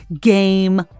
Game